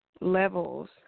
levels